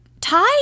tie